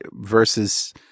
versus